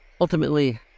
Ultimately